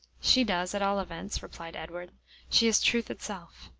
she does, at all events, replied edward she is truth itself.